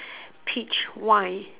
peach wine